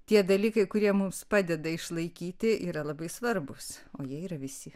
tie dalykai kurie mums padeda išlaikyti yra labai svarbūs o jie yra visi